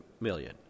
million